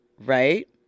right